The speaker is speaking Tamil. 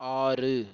ஆறு